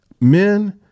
Men